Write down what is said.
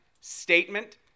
statement